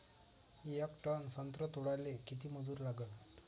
येक टन संत्रे तोडाले किती मजूर लागन?